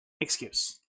excuse